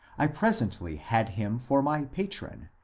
i presently had him for my patron,